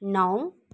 नौ